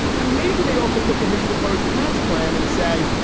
and maybe they also look at his proposed tax plan and say,